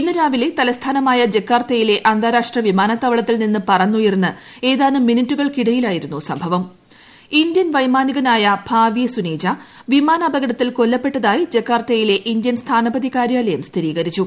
ഇന്ന് രാവിലെ തലസ്ഥാനമായ ജക്കാർത്തയിലെ അന്താരാഷ്ട്ര വിമാനത്താവളത്തിൽ നിന്ന് മിനിറ്റുകൾക്കിടയിലായിരുന്നു സംഭപ്പിക് ഇന്ത്യൻ വൈമാനികനായ ഭാവ്യേ സുനേജ വിമാന രൂപകടത്തിൽ കൊല്ലപ്പെട്ടതായി ജക്കാർത്തയിലെ ഇന്ത്യൻ സ്ഥാനപതി കാര്യാലയം സ്ഥിരീകരിച്ചു